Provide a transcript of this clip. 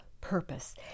purpose